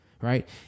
right